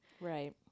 Right